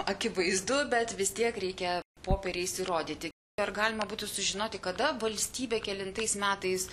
akivaizdu bet vis tiek reikia popieriais įrodyti ar galima būtų sužinoti kada valstybė kelintais metais